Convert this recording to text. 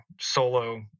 solo